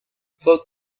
float